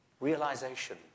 realization